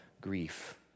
grief